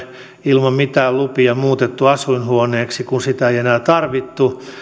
ilman mitään lupia muutettu asuinhuoneeksi kun sitä ei enää tarvittu